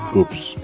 Oops